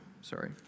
sorry